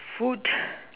food